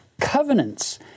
covenants